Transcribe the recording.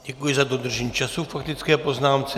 Děkuji za dodržení času k faktické poznámce.